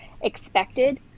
expected